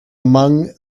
among